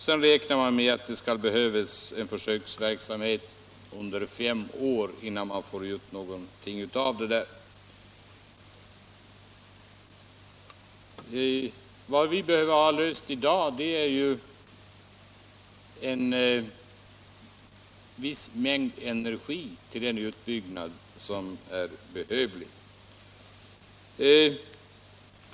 Sedan räknar man med att det behövs en försöksverksamhet under fem år innan det går att få ut något av det hela. Vad vi i dag vill ha är en viss mängd energi till den utbyggnad som är behövlig.